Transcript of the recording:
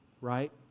right